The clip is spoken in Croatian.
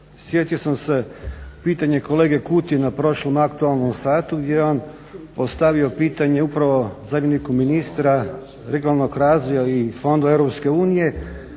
sjetio sam se pitanje kolege Kutije na prošlom aktualnom satu gdje je on postavio pitanje upravo zamjeniku ministra regionalnog razvoja i Fondova EU.